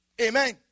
Amen